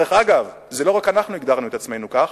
דרך אגב, לא רק אנחנו הגדרנו את עצמנו כך,